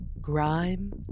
grime